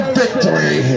victory